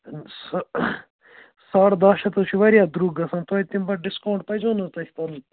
سٔہ ساڑٕ دَہ شیٚتھ حظ چھِ واریاہ درٛۅگ گژھان توٚتہِ تِم پتہٕ ڈِسکاوُنٛٹ پَزٮ۪و نا حظ تۄہہِ کَرُن